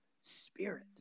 spirit